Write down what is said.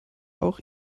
auch